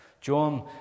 John